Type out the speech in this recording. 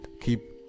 keep